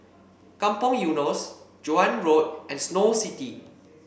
Kampong Eunos Joan Road and Snow City